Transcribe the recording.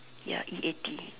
ya E A T